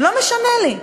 לא משנה לי.